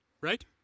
right